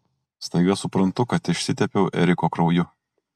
staiga suprantu kad išsitepiau eriko krauju